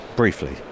Briefly